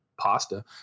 pasta